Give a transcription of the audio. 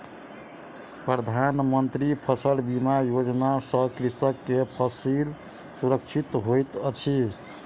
प्रधान मंत्री फसल बीमा योजना सॅ कृषक के फसिल सुरक्षित होइत अछि